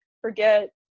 forget